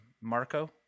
Marco